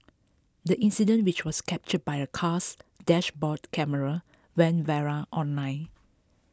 the incident which was captured by a car's dashboard camera went viral online